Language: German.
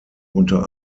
unter